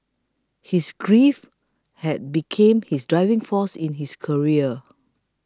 his grief had become his driving force in his career